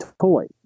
toy